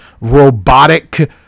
robotic